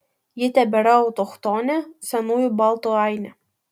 ji tebėra autochtonė senųjų baltų ainė